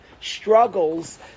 struggles